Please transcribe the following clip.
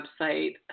website